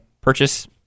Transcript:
purchase